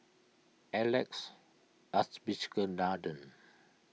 Alex Abisheganaden